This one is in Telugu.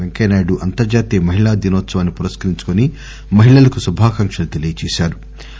పెంకయ్యనాయుడు అంతర్లాతీయ మహిళా దినోత్సవాన్ని పురస్కరించుకుని మహిళలకు శుభాకాంక్షలు తెలియచేశారు